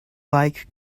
like